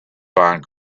find